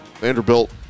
Vanderbilt